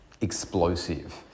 explosive